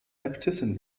äbtissin